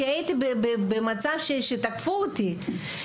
כי הייתי במצב שתקפו אותי.